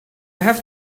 have